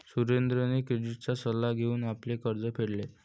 सुरेंद्रने क्रेडिटचा सल्ला घेऊन आपले कर्ज फेडले